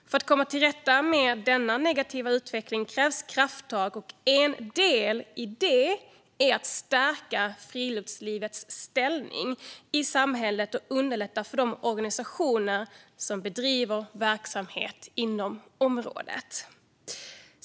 För att komma till rätta med denna negativa utveckling krävs krafttag, och en del i det är att stärka friluftslivets ställning i samhället och att underlätta för de organisationer som bedriver verksamhet inom området.